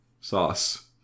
Sauce